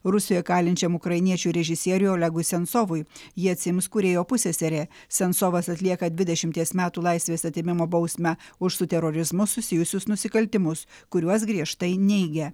rusijoj kalinčiam ukrainiečių režisieriui olegui sensovui jį atsiims kūrėjo pusseserė sensovas atlieka dvidešimties metų laisvės atėmimo bausmę už su terorizmu susijusius nusikaltimus kuriuos griežtai neigia